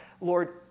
Lord